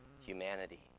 humanity